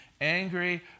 angry